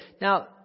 Now